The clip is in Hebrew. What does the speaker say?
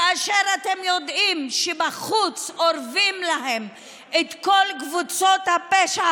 כאשר אתם יודעים שבחוץ אורבות להם כל קבוצות הפשע